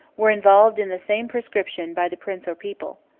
were involved in the same proscription by the prince or people.